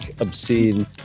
obscene